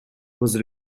was